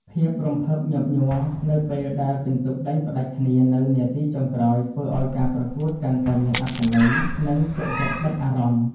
ភាពរំភើបញាប់ញ័រនៅពេលដែលពិន្ទុដេញផ្ដាច់គ្នានៅនាទីចុងក្រោយធ្វើឱ្យការប្រកួតកាន់តែមានអត្ថន័យ និង ជក់ចិត្តដិតអារម្មណ៍។